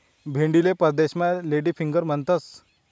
भेंडीले परदेसमा lady finger म्हणतंस